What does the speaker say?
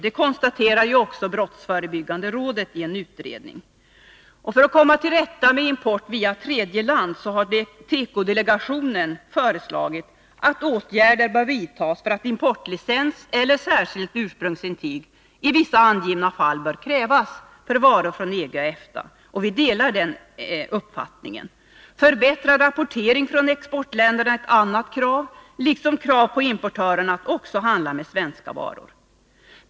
Det konstaterar också brottsförebyggande rådet i en utredning. För att man skall komma till rätta med import via tredje land har tekodelegationen föreslagit att åtgärder bör vidtas för att importlicens eller särskilt ursprungsintyg i vissa angivna fall skall krävas för varor från EG och EFTA. Vi delar den uppfattningen. Förbättrad rapportering från exportländerna är ett annat krav, liksom krav på importörerna att också handla med svenska varor.